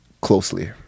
closely